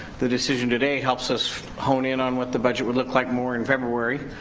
the decision today helps us hone in on what the budget would look like more in february,